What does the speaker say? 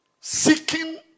Seeking